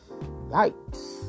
yikes